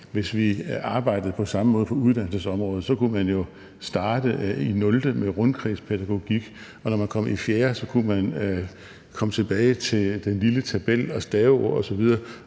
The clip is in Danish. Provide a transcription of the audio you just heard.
Hvis vi arbejdede på samme måde på uddannelsesområdet, kunne man jo starte i 0. klasse med rundkredspædagogik, og når man kom i 4. klasse, kunne man komme tilbage til den lille tabel og staveord osv.,